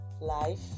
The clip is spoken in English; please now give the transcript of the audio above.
life